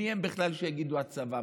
מי הם בכלל שיגידו: הצבא?